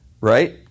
right